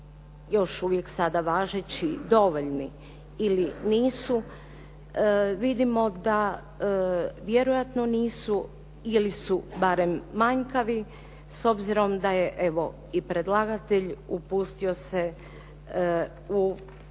još uvijek sada važeći dovoljni ili nisu vidimo da vjerojatno nisu ili su barem manjkavi, s obzirom da je evo i predlagatelj upustio se u